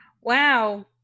Wow